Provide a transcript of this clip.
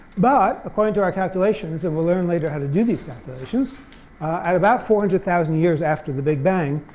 but according to our calculations, and we'll learn later how to do these calculations, at about four hundred thousand years after the big bang,